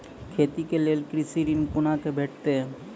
खेती के लेल कृषि ऋण कुना के भेंटते?